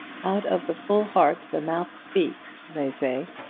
out of the full heart the mouth speaks, they say.